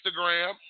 Instagram